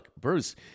Bruce